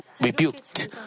rebuked